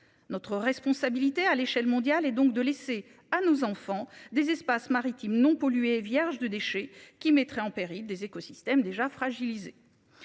notre responsabilité à l'échelle mondiale et donc de laisser à nos enfants des espaces maritimes non pollué vierge de déchets qui mettrait en péril des écosystèmes déjà fragilisé.